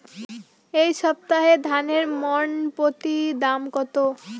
এই সপ্তাহে ধানের মন প্রতি দাম কত?